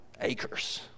acres